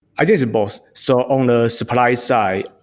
i think it's both. so, on the supply side,